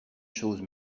chose